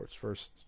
First